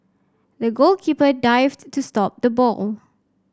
the goalkeeper dived to stop the ball